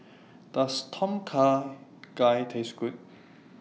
Does Tom Kha Gai Taste Good